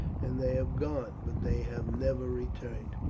and they have gone, but they have never returned.